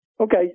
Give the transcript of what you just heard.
okay